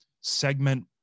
segment